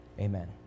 Amen